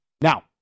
Now